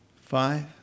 Five